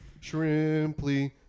Shrimply